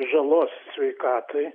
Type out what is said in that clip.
žalos sveikatai